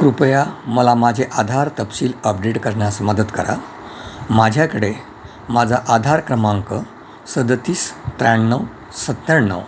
कृपया मला माझे आधार तपशील अपडेड करण्यास मदत करा माझ्याकडे माझा आधार क्रमांक सदतीस त्र्याण्णव सत्त्याण्णव